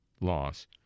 loss